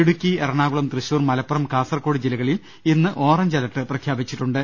Idukki Ernakulam Thrissur Malappuram Kasaragod ജില്ലകളിൽ ഇന്ന് orange alert പ്രഖ്യാപിച്ചിട്ടുണ്ട്